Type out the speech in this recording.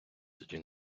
тоді